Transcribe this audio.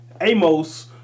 Amos